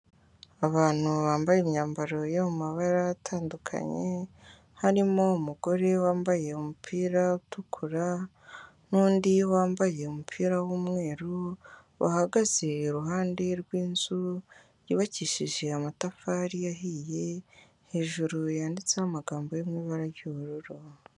Abantu bambaye imyambaro ya mu mabara atandukanye harimo umugore wambaye umupira utukura nundi wambaye umupira w'umweru bahagaze iruhande rwinzu yubakishije amatafari yahiye hejuru yanditseho amagambo yo mu ibara ry'ubururu.